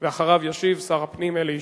ואחריו ישיב שר הפנים אלי ישי.